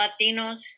Latinos